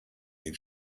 den